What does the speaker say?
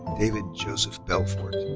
david joseph belfort.